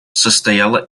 состояла